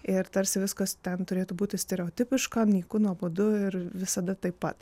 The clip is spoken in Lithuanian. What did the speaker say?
ir tarsi viskas ten turėtų būti stereotipiška nyku nuobodu ir visada taip pat